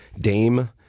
Dame